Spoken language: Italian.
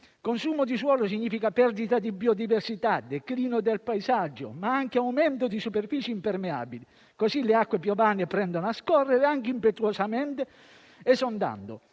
consumo di suolo significa perdita di biodiversità, declino del paesaggio, ma anche aumento di superficie impermeabile, così le acque piovane prendono a scorrere anche impetuosamente esondando.